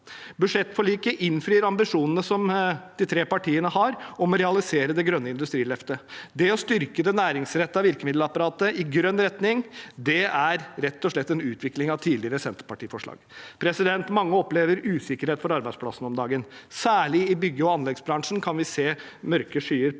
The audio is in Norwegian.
Budsjettforliket innfrir ambisjonene som de tre partiene har om å realisere det grønne industriløftet. Det å styrke det næringsrettede virkemiddelapparatet i grønn retning er rett og slett en utvikling av tidligere Senterparti-forslag. Mange opplever usikkerhet for arbeidsplassene om dagen. Særlig i bygge- og anleggsbransjen kan vi se mørke skyer på